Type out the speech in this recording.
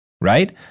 Right